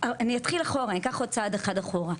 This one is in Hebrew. אני אקח צעד אחד אחורה,